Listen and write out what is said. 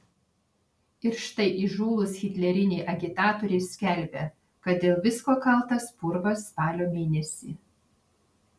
ir štai įžūlūs hitleriniai agitatoriai skelbia kad dėl visko kaltas purvas spalio mėnesį